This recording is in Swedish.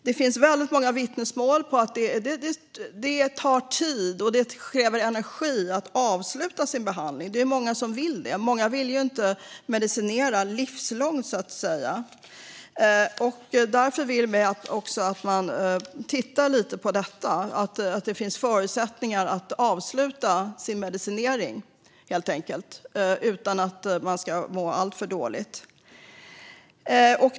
Det finns väldigt många vittnesmål om att det tar tid och kräver energi att avsluta sin behandling. Det är många som vill det. Många vill inte medicinera livslångt. Därför vill vi att man tittar på om det finns förutsättningar att avsluta sin medicinering utan att må alltför dåligt.